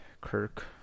Kirk